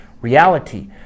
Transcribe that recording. reality